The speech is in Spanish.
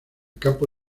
campo